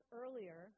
earlier